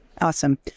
Awesome